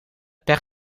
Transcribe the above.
pech